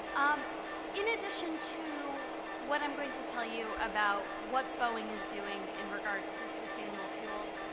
um in addition to what i'm going to tell you about what boeing is doing in regards to sustainable fuels,